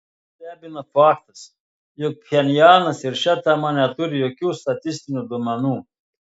nieko nestebina faktas jog pchenjanas ir šia tema neturi jokių statistinių duomenų